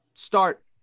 Start